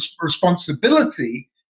responsibility